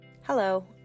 Hello